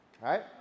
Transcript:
right